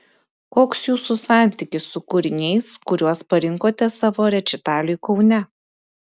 koks jūsų santykis su kūriniais kuriuos parinkote savo rečitaliui kaune